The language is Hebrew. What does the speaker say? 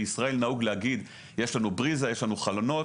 בישראל נהוג להגיד שיש לנו בריזה וחלונות,